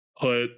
put